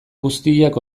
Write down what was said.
guztiak